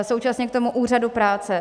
Současně k tomu úřadu práce.